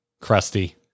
crusty